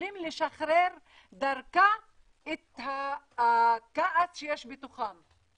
שיכולים לשחרר דרכה את הכעס שיש בתוכם.